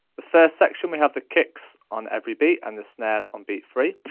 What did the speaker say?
the first section we have the kicks on every beat, and the snares on beat three.